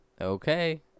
Okay